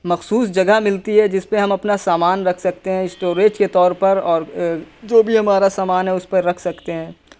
مخصوص جگہ ملتی ہے جس پہ ہم اپنا سامان رکھ سکتے ہیں اسٹوریج کے طور پر اور جو بھی ہمارا سامان ہے اس پر رکھ سکتے ہیں